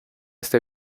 este